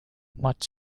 much